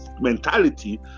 mentality